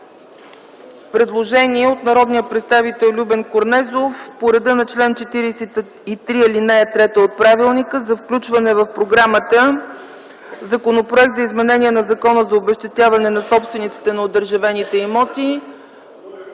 предложение от народния представител Любен Корнезов по реда на чл. 43, ал. 3 от правилника за включване в програмата на Законопроект за изменение и допълнение на Закона за обезщетяване на собствениците на одържавените имоти.